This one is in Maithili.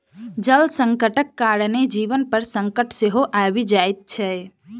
जल संकटक कारणेँ जीवन पर संकट सेहो आबि जाइत छै